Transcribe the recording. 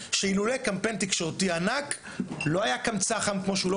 שאילולי קמפיין תקשורתי ענק לא היה כאן צח"ם כמו שהוא לא